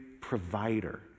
provider